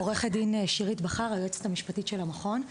עורכת דין שירית בכר, היועצת המשפטית של המכון.